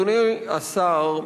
אדוני השר,